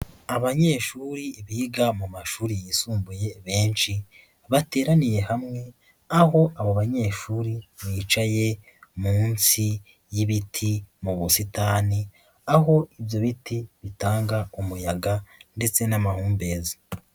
Abanyeshuri biga mu mashuri yisumbuye benshi, bateraniye hamwe, aho abo banyeshuri bicaye munsi y'ibiti mu busitani, aho ibyo biti bitanga umuyaga ndetse n'amahumbezi.